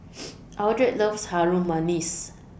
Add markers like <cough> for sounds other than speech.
<noise> Eldred loves Harum Manis